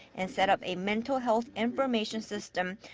and set up a mental health information system.